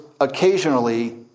occasionally